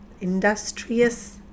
industrious